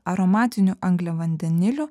aromatinių angliavandenilių